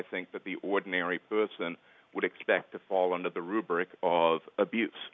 think that the ordinary person would expect to fall under the rubric of abuse